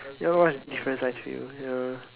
ya lor there's a difference actually ya